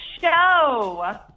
show